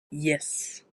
jes